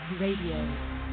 Radio